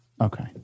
Okay